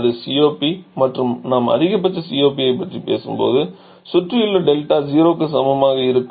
அது COP மற்றும் நாம் அதிகபட்ச COP ஐ பற்றி பேசும்போது சுற்றியுள்ள டெல்டா 0 க்கு சமமாக இருக்கும்